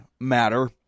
matter